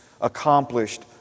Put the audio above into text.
accomplished